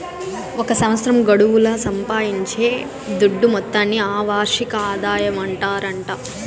ఒక సంవత్సరం గడువుల సంపాయించే దుడ్డు మొత్తాన్ని ఆ వార్షిక ఆదాయమంటాండారు